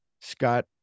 Scott